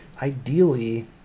Ideally